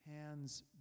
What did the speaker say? Hands